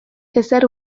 ezer